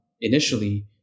initially